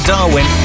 Darwin